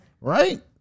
Right